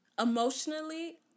Emotionally